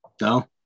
No